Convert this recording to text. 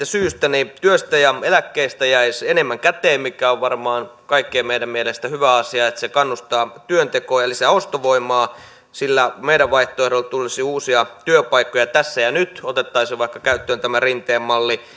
syystä työstä ja eläkkeistä jäisi enemmän käteen mikä on varmaan kaikkien meidän mielestä hyvä asia kun se kannustaa työtekoon ja lisää ostovoimaa ja kun sillä meidän vaihtoehdolla tulisi uusia työpaikkoja tässä ja nyt otettaisiin jo vaikka käyttöön tämä rinteen malli